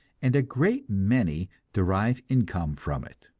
and a great many derive income from it.